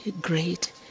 great